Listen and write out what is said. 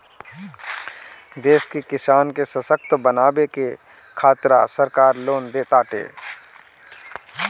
देश के किसान के ससक्त बनावे के खातिरा सरकार लोन देताटे